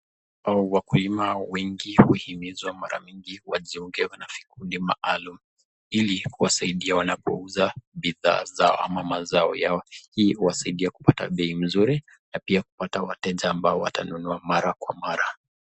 Hawa wakulima wengi huhimizwa mara mingi wajiunge na vikundi maalum ili kuwasaidia wanapouza bidhaa zao ama mazao yao, hii huwasaidia kupata bei mzuri na pia kupata wateja ambao watanunua mara kwa mara.